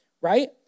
right